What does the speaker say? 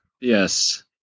Yes